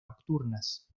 nocturnas